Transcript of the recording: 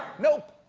nope,